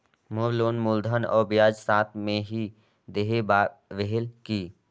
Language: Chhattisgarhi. मोर लोन मूलधन और ब्याज साथ मे ही देहे बार रेहेल की?